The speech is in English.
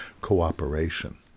cooperation